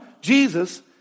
Jesus